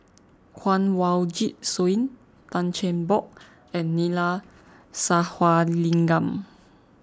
Kanwaljit Soin Tan Cheng Bock and Neila Sathyalingam